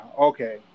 okay